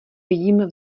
vidím